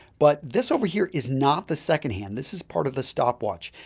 but this over here is not the second hand, this is part of the stopwatch.